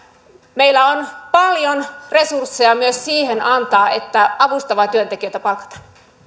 meillä on paljon resursseja myös siihen antaa että avustavia työntekijöitä palkataan